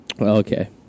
Okay